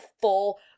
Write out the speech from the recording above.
full